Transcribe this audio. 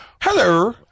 Hello